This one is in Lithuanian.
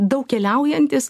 daug keliaujantys